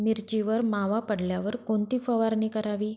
मिरचीवर मावा पडल्यावर कोणती फवारणी करावी?